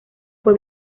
fue